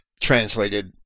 translated